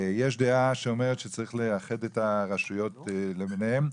יש דעה שאומרת שצריך לאחד את הרשויות למיניהן,